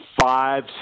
five